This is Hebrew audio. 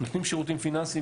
נותני שירותים פיננסיים).